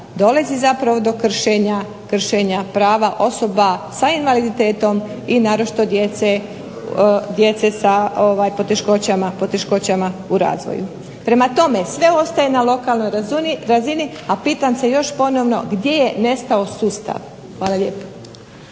dolazi zapravo do kršenja prava osoba s invaliditetom i naročito djece sa poteškoćama u razvoju. Prema tome, sve ostaje lokalnoj razini, a pitam se još ponovno gdje je nestao sustav? Hvala lijepo.